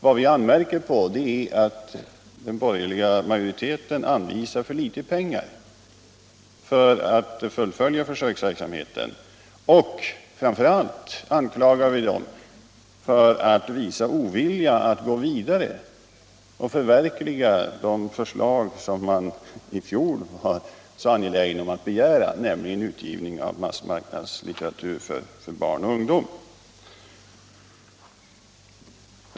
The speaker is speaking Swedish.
Vad vi anmärker på är att den borgerliga majoriteten anvisar för litet pengar för att fullfölja försöksverksamheten, och framför allt anklagar vi den för att visa ovilja att gå vidare och förverkliga de förslag som man i fjol var så angelägen om att begära, nämligen utgivning av massmarknadslitteratur för barn och ungdom.